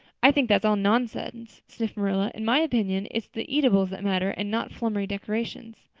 i think that's all nonsense, sniffed marilla. in my opinion it's the eatables that matter and not flummery decorations.